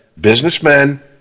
Businessmen